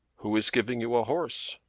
who is giving you a horse?